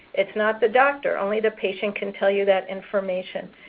it's not the doctor. only the patient can tell you that information.